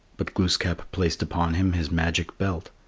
but glooskap placed upon him his magic belt,